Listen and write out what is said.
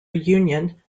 reunion